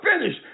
finish